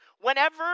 Whenever